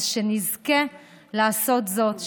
שנזכה לעשות זאת,